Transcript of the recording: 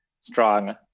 strong